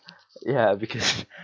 ya because